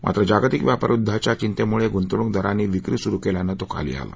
मात्र जागतिक व्यापार युद्धाच्या चिंतप्रक्रिमेतवणूकदारांनी विक्री सुरु कल्यानं तो खाली आला